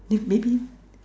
if maybe